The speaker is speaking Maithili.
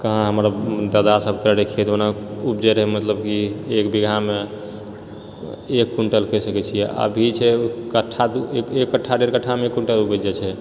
कहाँ हमरा दादा सब कऽ रहै खेत ओना उपजै रहै मतलब कि एक बीघामे एक क्विंटल कहि सकैत छियै अभी छै कट्ठा एक कट्ठा डेढ़ कट्ठामे एक क्विंटल उपजि जाइत छै